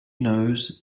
knows